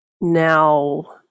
now